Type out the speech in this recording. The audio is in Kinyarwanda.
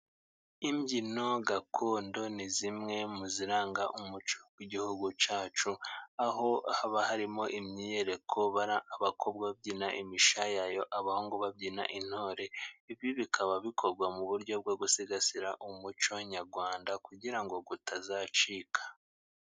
Imbyino gakondo ni zimwe mu biranga umuco w'igihugu cyacu, aho haba harimo imyiyereko, abakobwa babyina imisha yayo, abahungu babyina intore. Ibi bikaba bikorwa mu buryo bwo gusigasira umuco nyarwanda kugira ngo utazacika.